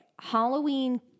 Halloween